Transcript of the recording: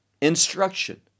instruction